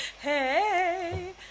Hey